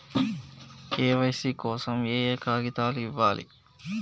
KYC కోసం ఏయే కాగితాలు ఇవ్వాలి?